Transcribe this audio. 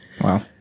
Wow